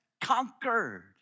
conquered